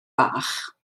bach